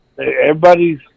everybody's